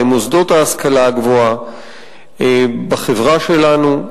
למוסדות ההשכלה הגבוהה בחברה שלנו,